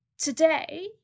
Today